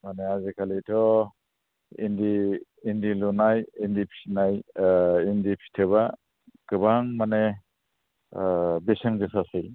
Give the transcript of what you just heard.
माने आजि खालिथ' इन्दि लुनाय इन्दि फिनाय ओ इन्दि फिथोबा गोबां माने ओ बेसेन गोसासै